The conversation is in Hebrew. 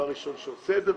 לא הראשון שעושה את זה,